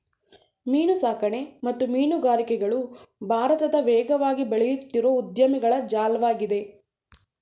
ಮೀನುಸಾಕಣೆ ಮತ್ತು ಮೀನುಗಾರಿಕೆಗಳು ಭಾರತದ ವೇಗವಾಗಿ ಬೆಳೆಯುತ್ತಿರೋ ಉದ್ಯಮಗಳ ಜಾಲ್ವಾಗಿದೆ